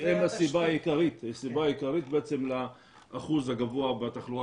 הם הסיבה העיקרית לאחוז הגבוה בתחלואה